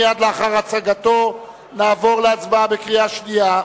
מייד לאחר הצגתו נעבור להצבעה בקריאה שנייה.